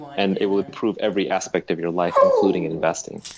and it will improve every aspect of your life including and investing.